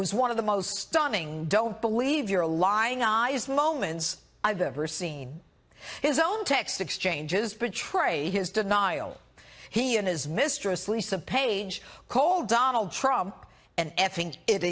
was one of the most stunning don't believe your lying eyes moments i've ever seen his own text exchanges betray his denial he and his mistress lisa page called donald trump and it